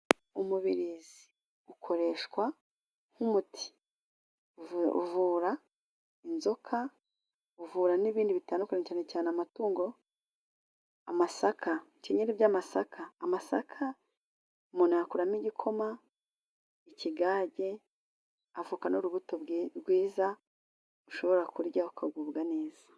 Umubirizi ukoreshwa nk'umuti uvura inzoka, uvura n'ibindi bitandukanye cyane cyane amatungo. Amasaka ibikeneri by'amasaka amasaka umuntu ayakuramo igikoma, ikigage. Avoka n'urubuto rwiza ushobora kurya ukagubwa neza.